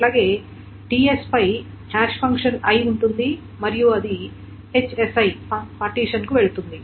అలాగే ts పై hash function i ఉంటుంది మరియు అది పార్టీషన్ కు వెళుతుంది